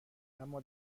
اما